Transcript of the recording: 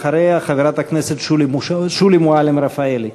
אחריה, חברת הכנסת שולי מועלם-רפאלי.